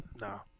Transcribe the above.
No